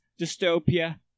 dystopia